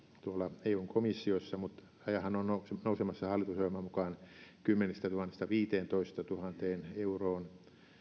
tuolla eun komissiossa rajahan on nousemassa hallitusohjelman mukaan kymmenestätuhannesta viiteentoistatuhanteen euroon